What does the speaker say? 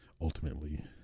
ultimately